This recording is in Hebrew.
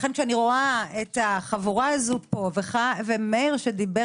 לכן כשאני רואה את החבורה הזו פה ומאיר שדיבר